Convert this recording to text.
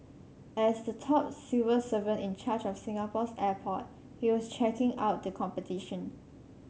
as the top civil servant in charge of Singapore's airport he was checking out the competition